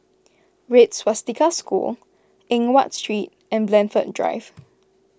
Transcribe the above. Red Swastika School Eng Watt Street and Blandford Drive